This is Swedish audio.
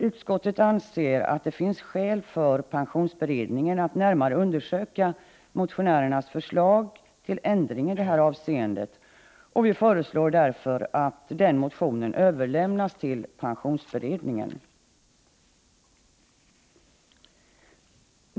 Utskottet anser att det finns skäl för pensionsberedningen att närmare undersöka motionärernas förslag till ändring i detta avseende, och vi föreslår därför att den motionen överlämnas till pensionsberedningen.